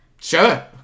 Sure